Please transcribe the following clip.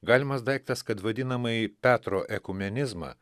galimas daiktas kad vadinamąjį petro ekumenizmą